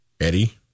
Eddie